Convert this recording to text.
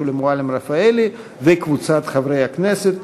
שולי מועלם-רפאלי וקבוצת חברי הכנסת.